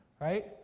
Right